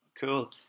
cool